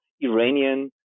Iranian